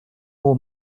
haut